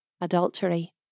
adultery